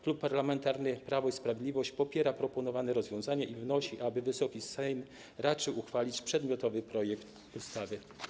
Klub Parlamentarny Prawo i Sprawiedliwość popiera proponowane rozwiązania i wnosi, aby Wysoki Sejm raczył uchwalić przedmiotowy projekt ustawy.